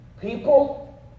People